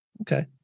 Okay